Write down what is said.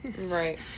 Right